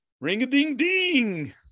ring-a-ding-ding